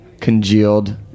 congealed